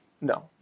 No